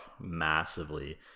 massively